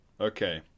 okay